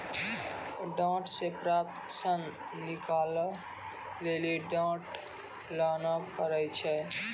डांट से प्राप्त सन निकालै लेली डांट लाना पड़ै छै